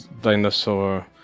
Dinosaur